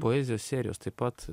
poezijos serijos taip pat